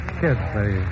kids—they